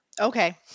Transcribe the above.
okay